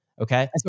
Okay